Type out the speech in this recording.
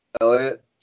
Elliot